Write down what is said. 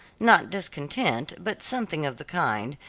not discontent, but something of the kind,